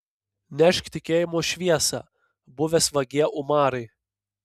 nešk tikėjimo šviesą buvęs vagie umarai